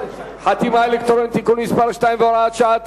חתימה אלקטרונית (תיקון מס' 2 והוראת שעה),